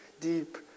deep